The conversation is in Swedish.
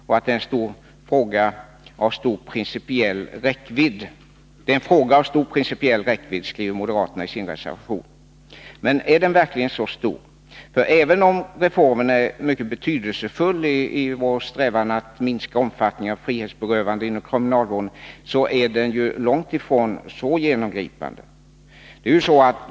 Det är en fråga av stor principiell räckvidd, skriver moderaterna i sin reservation. Men är frågan verkligen så stor? Även om reformen är mycket betydelsefull när det gäller strävan att minska omfattningen av frihetsberövandena inom kriminalvården är den långt ifrån genomgripande.